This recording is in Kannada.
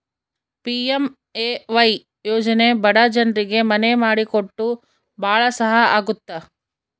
ಪಿ.ಎಂ.ಎ.ವೈ ಯೋಜನೆ ಬಡ ಜನ್ರಿಗೆ ಮನೆ ಮಾಡಿ ಕೊಟ್ಟು ಭಾಳ ಸಹಾಯ ಆಗುತ್ತ